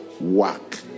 work